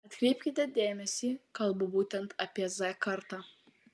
atkreipkite dėmesį kalbu būtent apie z kartą